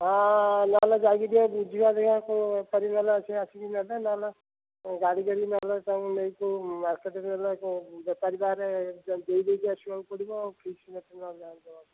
ହଁ ନହେଲେ ଯାଇକି ଟିକେ ବୁଝିବା ଦେଖିବା କୋଉ ବେପାରୀ ବାଲା ସେ ଆସିକି ନେବେ ନହେଲେ ଏ ଗାଡ଼ି ନହେଲେ ଗାଡ଼ି କରିକି ନହେଲେ ତାକୁ ମାର୍କେଟ୍ ରେ ହେଲେ କୋଉ ବେପାରୀ ପାଖରେ ଯାଇ ଦେଇ ଦେଇକି ଆସିବାକୁ ପଡ଼ିବ ଆଉ କିଛି ନାହିଁ ସେ ନହେଲେ ଆଣିବ